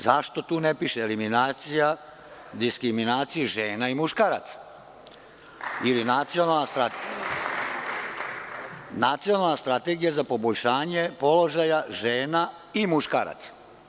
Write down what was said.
Zašto tu ne piše eliminacija, diskriminacija žena i muškaraca ili nacionalna strategija za poboljšanje položaja žena i muškaraca?